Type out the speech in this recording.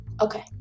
okay